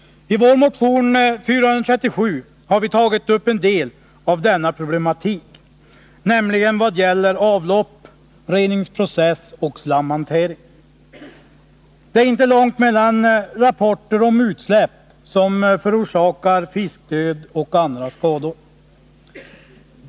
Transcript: I vår motion 437 har vi tagit upp en del av denna problematik, nämligen vad gäller avlopp, reningsprocess och slamhantering. Det är inte långt mellan rapporterna om utsläpp som förorsakar fiskdöd och andra skador.